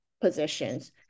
positions